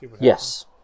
Yes